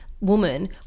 woman